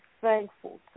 thankful